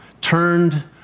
turned